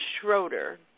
Schroeder